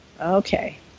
Okay